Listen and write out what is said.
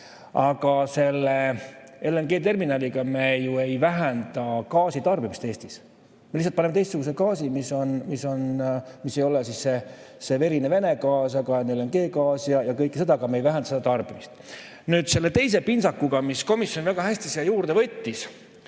Aga LNG-terminaliga me ju ei vähenda gaasi tarbimist Eestis. Me lihtsalt paneme teistsuguse gaasi, mis ei ole see verine Vene gaas, vaid on LNG-gaas ja kõik see, aga me ei vähenda sellega tarbimist. Nüüd, teise pintsakuga, mis komisjon väga hästi siia juurde võttis,